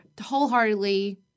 wholeheartedly